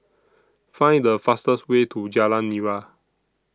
Find The fastest Way to Jalan Nira